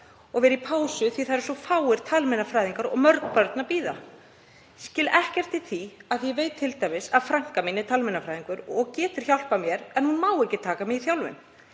og vera í pásu því að það eru svo fáir talmeinafræðingar og mörg börn að bíða. Skil ekkert í því af því að ég veit t.d. að frænka mín er talmeinafræðingur og getur hjálpað mér en hún má ekki taka mig í þjálfun.